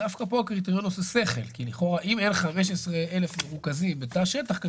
נעשה תכנון ראשוני באמצעות חברת נתיבי אילון לבחינה של התוואי.